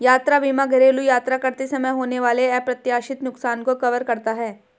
यात्रा बीमा घरेलू यात्रा करते समय होने वाले अप्रत्याशित नुकसान को कवर करता है